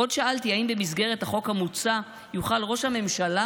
עוד שאלתי האם במסגרת החוק המוצע יוכל ראש הממשלה